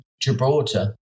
Gibraltar